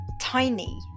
tiny